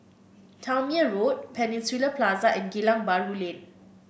Tangmere Road Peninsula Plaza and Geylang Bahru Lane